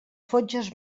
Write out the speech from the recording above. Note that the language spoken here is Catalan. fotges